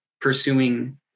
pursuing